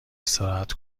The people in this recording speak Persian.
استراحت